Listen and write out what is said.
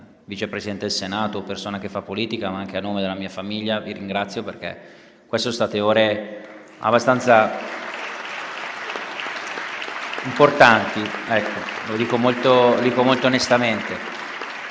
Vice Presidente del Senato o persona che fa politica, ma anche a nome della mia famiglia, perché sono state ore abbastanza importanti. *(Appalusi)*. Lo dico molto onestamente.